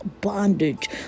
bondage